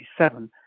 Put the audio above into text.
1987